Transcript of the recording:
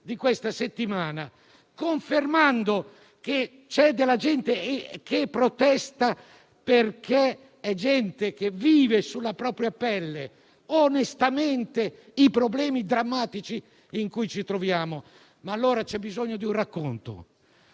di questa settimana, confermando che c'è della gente che protesta perché è gente che vive sulla propria pelle, onestamente, i problemi drammatici in cui ci troviamo? Allora c'è bisogno di un racconto.